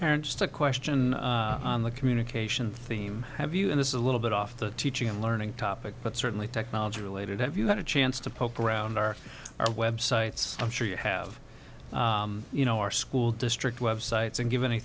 parents to question on the communication theme have you and this is a little bit off the teaching and learning topic but certainly technology related have you had a chance to poke around our our websites i'm sure you have you know our school district websites and give any